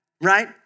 right